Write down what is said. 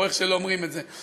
או איך שלא אומרים את זה.